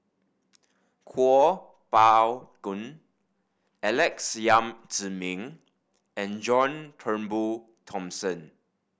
Kuo Pao Kun Alex Yam Ziming and John Turnbull Thomson